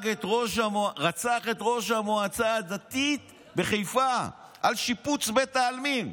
שרצח את ראש המועצה הדתית בחיפה על שיפוץ בית העלמין.